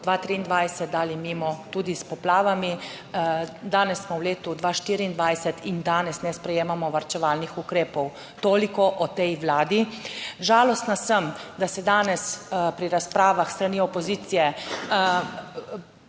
2023 dali mimo, tudi s poplavami, danes smo v letu 2024 in danes ne sprejemamo varčevalnih ukrepov. Toliko o tej Vladi. Žalostna sem, da se danes pri razpravah s strani opozicije